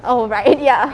oh right ya